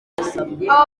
aba